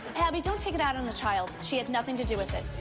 abby, don't take it out on the child. she had nothing to do with it.